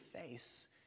face